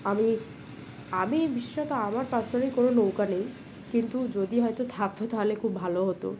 আমি আমি বিশেষত আমার পার্সোনালি কোনো নৌকা নেই কিন্তু যদি হয়তো থাকত তাহলে খুব ভালো হতো